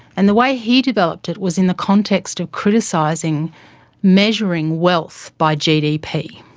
and the way he developed it was in the context of criticizing measuring wealth by gdp.